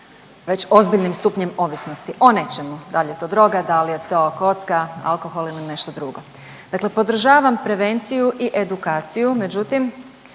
već ozbiljnim stupnjem ovisnosti o nečemu, dal je to droga, dal je to kocka, alkohol ili nešto drugo. Dakle, podržavam prevenciju i edukaciju, međutim